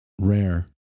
rare